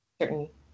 certain